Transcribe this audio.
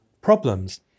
problems